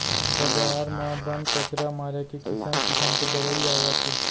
बजार म बन, कचरा मारे के किसम किसम के दवई आवत हे